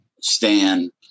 Stan